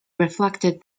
reflected